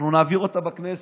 אנחנו נעביר אותה בכנסת,